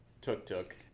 Tuk-Tuk